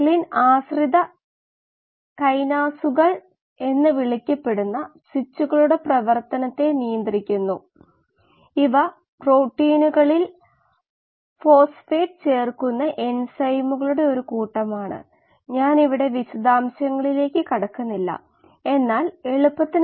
മേൽപ്പറഞ്ഞ ആവശ്യത്തിനായി ഒരു കീമോസ്റ്റാറ്റിന്റെ ഇൻലെറ്റിലെ വളർച്ചയെ പരിമിതപ്പെടുത്തുന്ന ഫംഗസ് ലിറ്ററിന് 50 ഗ്രാം ആണ് ഫംഗസ് മോണോഡ് ഭൌതികശാസ്ത്രത്തെ പിന്തുടരുന്നു പരമാവധി നിർദ്ദിഷ്ട വളർച്ചാ നിരക്ക് മണിക്കൂറിൽ 0